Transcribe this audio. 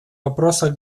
вопросах